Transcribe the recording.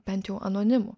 bent jau anonimų